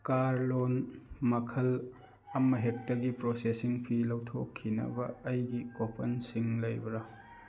car loan ꯃꯈꯜ ꯑꯃ ꯍꯦꯛꯇꯒꯤ ꯄ꯭ꯔꯣꯁꯦꯁꯤꯡ ꯐꯤ ꯂꯨꯊꯣꯛꯈꯤꯅꯕ ꯑꯩꯒꯤ ꯀꯣꯄꯟ ꯁꯤꯡ ꯂꯩꯕ꯭ꯔꯥ